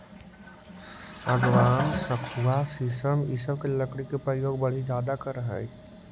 सागवान, सखुआ शीशम इ सब के लकड़ी के प्रयोग बढ़ई ज्यादा करऽ हई